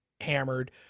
hammered